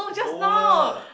no lah